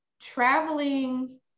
traveling